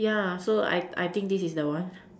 ya so I I think this is the one